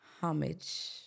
homage